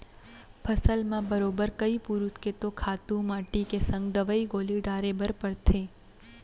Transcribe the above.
फसल म बरोबर कइ पुरूत के तो खातू माटी के संग दवई गोली डारे बर परथे